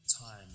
Time